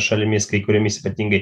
šalimis kai kuriomis ypatingai